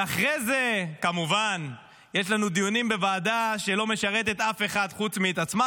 ואחרי זה כמובן יש לנו דיונים בוועדה שלא משרתת אף אחד חוץ מאת עצמה,